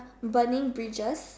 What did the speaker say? burning bridges